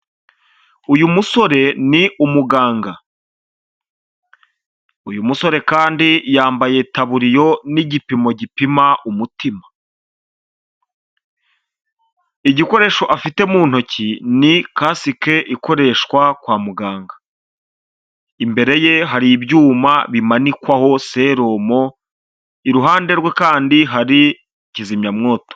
Uyu musore ni umuganga. Uyu musore kandi yambaye taburiyo n'igipimo gipima umutima. Igikoresho afite mu ntoki ni kasike ikoreshwa kwa muganga. Imbere ye hari ibyuma bimanikwaho seromo, iruhande rwe kandi hari kizimyamwoto.